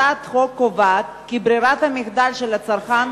הצעת החוק קובעת כי ברירת המחדל של הצרכן,